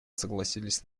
согласились